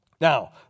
Now